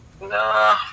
no